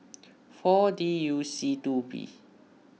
four D U C two P